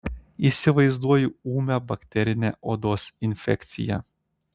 įsivaizduoju ūmią bakterinę odos infekciją